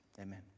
Amen